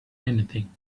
anything